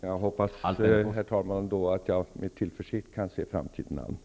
Herr talman! Då hoppas jag att jag kan se framtiden an med tillförsikt.